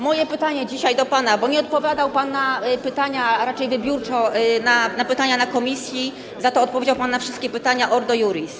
Moje pytanie dzisiaj do pana, bo nie odpowiadał pan na pytania czy raczej wybiórczo odpowiadał na pytania w komisji, za to odpowiedział pan na wszystkie pytania Ordo Iuris: